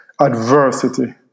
adversity